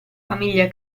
famiglia